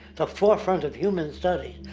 the forefront of human study.